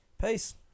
Peace